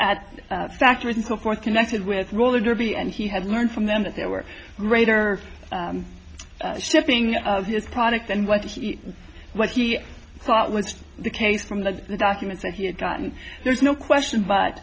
at factories and so forth connected with roller derby and he had learned from them that there were greater shipping of his products and wasn't what he thought was the case from the documents that he had gotten there's no question but